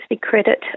credit